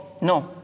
no